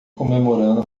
comemorando